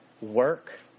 work